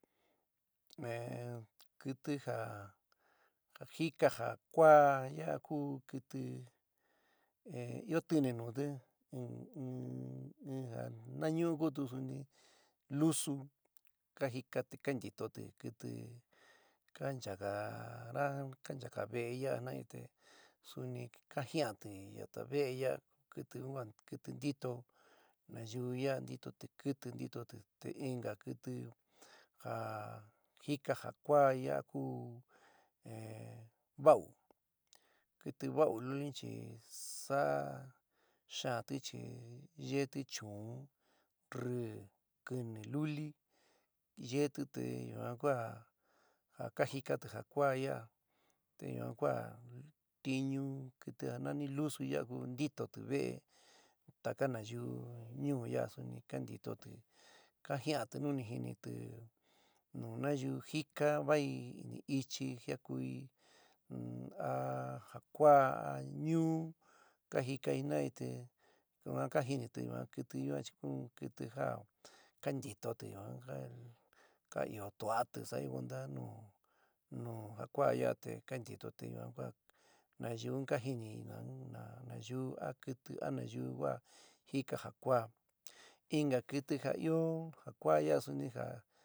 Kɨtɨ ja jíka ja kuaa yaa ku kɨtɨ, ɨó tíni núti in ja nañúú kutu suni lusu ka jíkati ka ntítoti kɨtɨ kanchaka- ra kanchaka ve'é yaá jinai te suni ka jia'nti yata ve'é yaa kɨtɨ n'ua kɨtɨ ntito nayiú ya'a. ntitoti kɨtɨ ntitotɨ te inka kɨtɨ ja jika ja kuá yaa ku ehh vau, kɨtɨ va'u luli- un chi sa'a xaánti chi yeéti chu'ún, rri, kɨni luli, yeéti te yuan kua ja kajikatɨ ja kua yaa te yuan kua. tiñu kɨtɨ ja nani lusu yaa ku ntítoti ve'é, taka nayuú ñuú ya suni kantitoti ka jia'nti nu ni jinitɨ nu nayú jika vai ini ichɨ jiakui, mm a ja jakua a ñuu ka jikai jinai te yuan ka jínitɨ yuan kɨtɨ yuan chi ku in kɨtɨ ja kantitoti yuan ka ɨó tua'ati sa'ayo cuenta nu nu ja kua ya te kantitoti yuan kua nayuú un ka jinií naun nayiu a kɨtɨ a nayu kuaá jika ja kuá inka kɨtɨ ja ɨó ja kuaá ya'a suni ja.